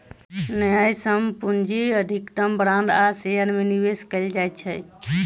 न्यायसम्य पूंजी अधिकतम बांड आ शेयर में निवेश कयल जाइत अछि